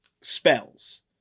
spells